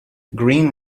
green